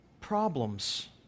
problems